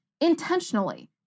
intentionally